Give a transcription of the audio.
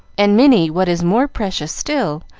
and many what is more precious still,